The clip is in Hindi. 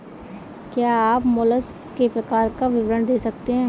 क्या आप मोलस्क के प्रकार का विवरण दे सकते हैं?